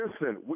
Listen